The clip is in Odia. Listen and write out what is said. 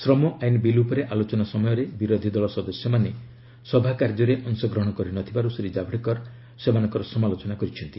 ଶ୍ରମ ଆଇନ୍ ବିଲ୍ ଉପରେ ଆଲୋଚନା ସମୟରେ ବିରୋଧୀଦଳ ସଦସ୍ୟମାନେ ସଭାକାର୍ଯ୍ୟରେ ଅଂଶଗ୍ରହଣ କରିନଥିବାରୁ ଶ୍ରୀ ଜାଭେଡକର ସେମାନଙ୍କର ସମାଲୋଚନା କରିଛନ୍ତି